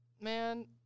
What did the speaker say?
man